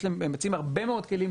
הם מציעים הרבה מאוד כלים,